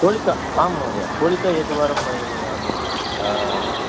होलिका आं महोदय होलिका एकवारं मह्यम्